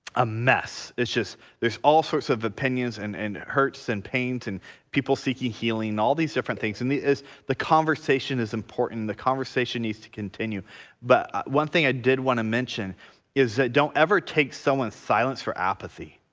a mess it's just there's all sorts of opinions and and hurts and pains and people seeking healing all these different things and is the conversation is important the conversation needs to continue but one thing i did want to mention is that don't ever take someone's silence for apathy.